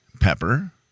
pepper